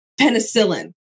penicillin